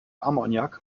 ammoniak